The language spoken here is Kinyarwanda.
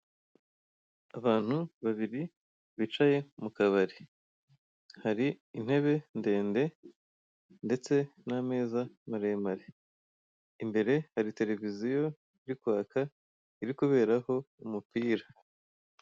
Abantu babiri bicaye mu kabari, hari intebe ndende ndetse n'ameza maremare. Imbere hari televiziyo iri kwaka iri kuberaho umupira.